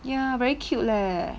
ya very cute leh